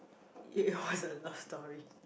it was a love story